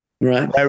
right